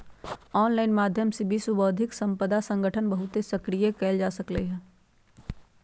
online माध्यम से विश्व बौद्धिक संपदा संगठन बहुते सक्रिय कएल जा सकलई ह